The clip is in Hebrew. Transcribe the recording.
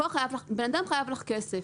בן אדם חייב לך כסף,